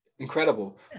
Incredible